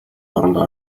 орондоо